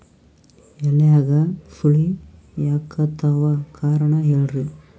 ಎಲ್ಯಾಗ ಸುಳಿ ಯಾಕಾತ್ತಾವ ಕಾರಣ ಹೇಳ್ರಿ?